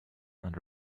and